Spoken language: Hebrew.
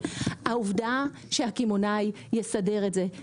אני הקשבתי לך.